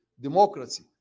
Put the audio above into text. democracy